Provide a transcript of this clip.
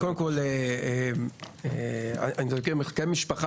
קודם כל בנוגע למחלקי המשפחה,